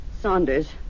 Saunders